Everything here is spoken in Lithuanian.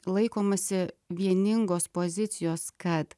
laikomasi vieningos pozicijos kad